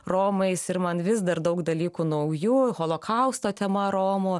romais ir man vis dar daug dalykų naujų holokausto tema romų